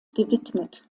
gewidmet